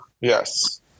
Yes